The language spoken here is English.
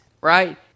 right